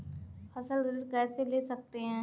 फसल ऋण कैसे ले सकते हैं?